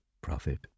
Prophet